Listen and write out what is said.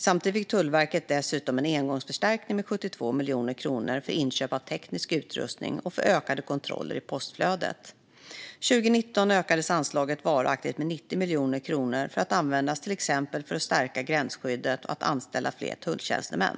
Samtidigt fick Tullverket dessutom en engångsförstärkning med 72 miljoner kronor för inköp av teknisk utrustning och för ökade kontroller i postflödet. År 2019 ökades anslaget varaktigt med 90 miljoner kronor att användas för att till exempel stärka gränsskyddet och anställa fler tulltjänstemän.